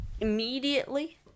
immediately